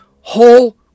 whole